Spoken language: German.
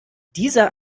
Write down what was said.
dieser